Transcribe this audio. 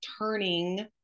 turning